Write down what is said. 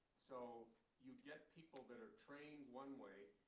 so you get people that are trained one way,